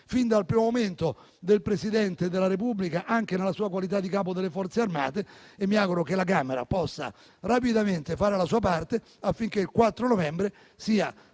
fin dal primo momento, del Presidente della Repubblica, anche nella sua qualità di Capo delle Forze armate. Mi auguro che la Camera possa rapidamente fare la sua parte affinché il 4 novembre sia